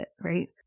Right